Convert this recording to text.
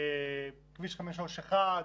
כביש 531,